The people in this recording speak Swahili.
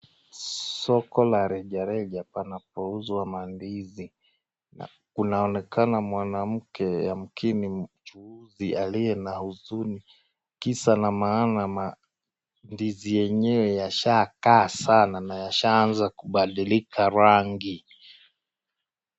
Soko la reja reja panapouzwa mandizi kunaoneka mwanamke mchuuzi aliye na huzuni, kisa la maana mandizi yenyewe yashaa kaa sana na yashaa anza kubadilika rangi.